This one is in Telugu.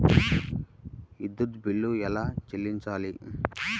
విద్యుత్ బిల్ ఎలా చెల్లించాలి?